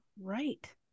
right